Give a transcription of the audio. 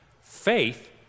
Faith